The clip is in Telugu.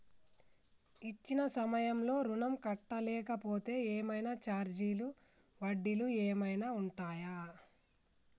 ఇచ్చిన సమయంలో ఋణం కట్టలేకపోతే ఏమైనా ఛార్జీలు వడ్డీలు ఏమైనా ఉంటయా?